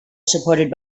supported